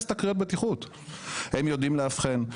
הם יודעים לאבחן,